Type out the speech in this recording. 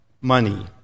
money